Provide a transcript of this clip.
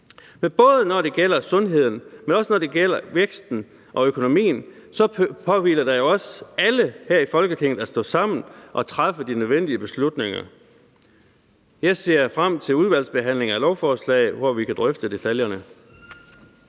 Men både når det gælder sundheden, men også når det gælder væksten og økonomien, så påhviler det os alle her i Folketinget at stå sammen og træffe de nødvendige beslutninger. Jeg ser frem til udvalgsbehandlingen af lovforslaget, hvor vi kan drøfte detaljerne.